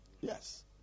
Yes